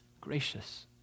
gracious